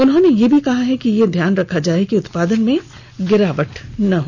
उन्होंने यह भी कहा है कि यह ध्यान रखा जाये कि उत्पादन में गिरावट न हो